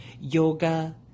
yoga